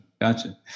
gotcha